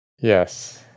Yes